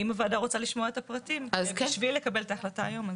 אם הוועדה רוצה לשמוע את הפרטים בשביל לקבל את ההחלטה היום,